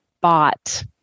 bought